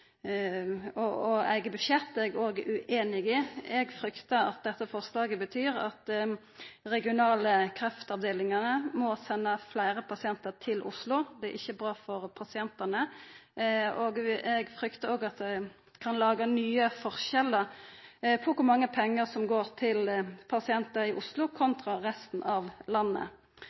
eige budsjett, er eg òg ueinig i. Eg fryktar at dette forslaget betyr at dei regionale kreftavdelingane må senda fleire pasientar til Oslo. Det er ikkje bra for pasientane, og eg frykter òg at det kan gi nye forskjellar med tanke på kor mange pengar som går til pasientar i Oslo kontra resten av landet.